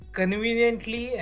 conveniently